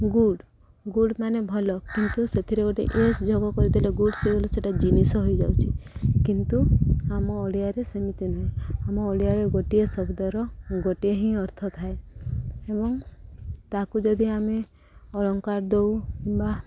good good ମାନେ ଭଲ କିନ୍ତୁ ସେଥିରେ ଗୋଟେ ଏସ୍ ଯୋଗ କରିଦେଲେ ଗୁଡ଼୍ ସେହେଲେ ସେଇଟା ଜିନିଷ ହୋଇଯାଉଛି କିନ୍ତୁ ଆମ ଓଡ଼ିଆରେ ସେମିତି ନୁହେଁ ଆମ ଓଡ଼ିଆରେ ଗୋଟିଏ ଶବ୍ଦର ଗୋଟିଏ ହିଁ ଅର୍ଥ ଥାଏ ଏବଂ ତାକୁ ଯଦି ଆମେ ଅଳଙ୍କାର ଦଉ କିମ୍ବା